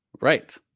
Right